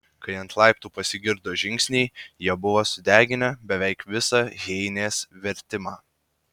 kai ant laiptų pasigirdo žingsniai jie buvo sudeginę beveik visą heinės vertimą